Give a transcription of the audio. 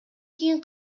кийин